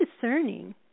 discerning